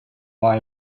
why